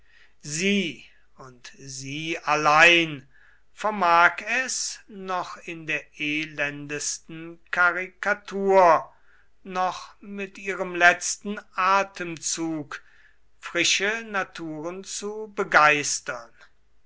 sie und sie allein vermag es noch in der elendesten karikatur noch mit ihrem letzten atemzug frische naturen zu begeistern